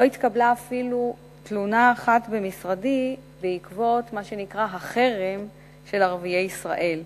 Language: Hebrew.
לא התקבלה אפילו תלונה אחת במשרדי בעקבות מה שנקרא החרם של ערביי ישראל.